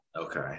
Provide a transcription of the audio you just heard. Okay